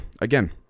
again